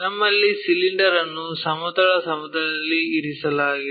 ನಮ್ಮಲ್ಲಿರುವುದು ಸಿಲಿಂಡರ್ ಅನ್ನು ಸಮತಲ ಸಮತಲದಲ್ಲಿ ಇರಿಸಲಾಗಿದೆ